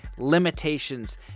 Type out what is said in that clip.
limitations